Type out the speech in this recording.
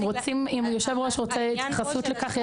אם היושב-ראש רוצה התייחסות לכך,